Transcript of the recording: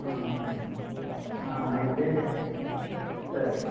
అంతే అండి అయితే సరే అండి